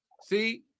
see